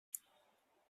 thôi